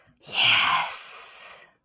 Yes